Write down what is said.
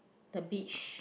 the beach